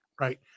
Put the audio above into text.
Right